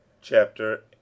Chapter